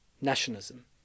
nationalism